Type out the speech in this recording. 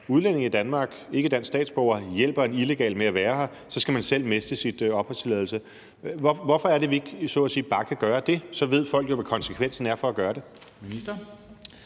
udlænding i Danmark, altså hvis man ikke er dansk statsborger, hjælper en illegal person med at være her, så skal man selv miste sin opholdstilladelse. Hvorfor er det, at vi ikke så at sige bare kan gøre det? Så ved folk jo, hvad konsekvensen er ved at gøre det.